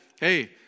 hey